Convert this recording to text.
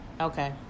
Okay